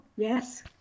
Yes